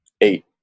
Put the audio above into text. eight